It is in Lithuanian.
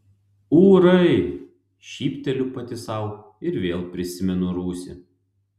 ūrai šypteliu pati sau ir vėl prisimenu rūsį